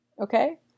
Okay